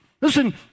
Listen